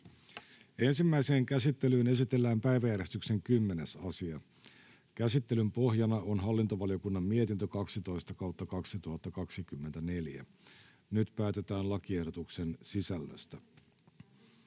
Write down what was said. Ensimmäiseen käsittelyyn esitellään päiväjärjestyksen 10. asia. Käsittelyn pohjana on hallintovaliokunnan mietintö HaVM 12/2024 vp. Nyt päätetään lakiehdotuksen sisällöstä.